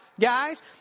guys